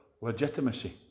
Legitimacy